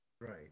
Right